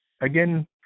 again